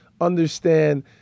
understand